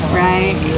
right